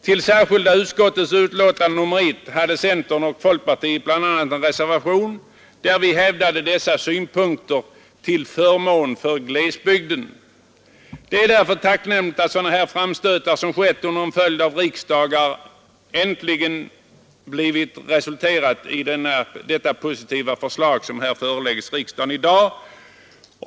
Till särskilda utskottets utlåtande nr 1 hade centern och folkpartiet bl.a. en reservation där vi Det är tacknämligt att sådana framstötar som skett under en följd av Fredagen den riksdagar äntligen resulterar i dessa positiva förslag som föreläggs 25 maj 1973 riksdagen i dag.